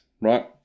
right